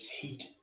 heat